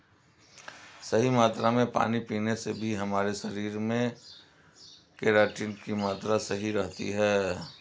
सही मात्रा में पानी पीने से भी हमारे शरीर में केराटिन की मात्रा सही रहती है